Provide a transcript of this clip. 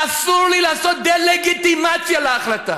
אסור לי לעשות דה-לגיטימציה להחלטה.